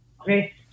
Okay